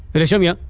reshamiya,